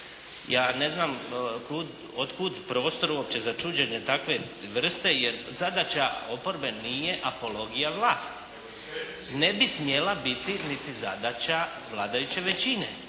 Ja ne znam od kuda prostor uopće za čuđenje takve vrste, jer zadaća oporbe nije apologija vlasti, ne bi smjela biti niti zadaća vladajuće većine.